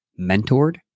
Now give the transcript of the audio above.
mentored